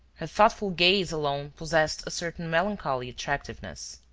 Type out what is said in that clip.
her thoughtful gaze alone possessed a certain melancholy attractiveness.